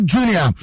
Junior